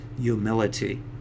humility